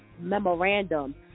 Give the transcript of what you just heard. memorandum